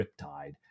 riptide